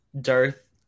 Darth